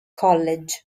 college